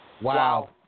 Wow